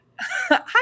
Hi